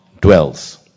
dwells